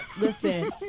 listen